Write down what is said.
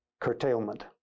curtailment